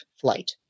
flight